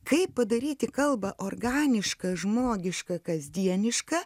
kaip padaryti kalbą organiška žmogiška kasdieniška